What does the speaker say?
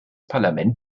parlament